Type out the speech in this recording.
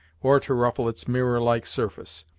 or to ruffle its mirror-like surface.